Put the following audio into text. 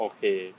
Okay